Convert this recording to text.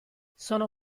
sono